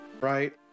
right